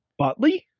butley